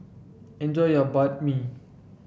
enjoy your Banh Mi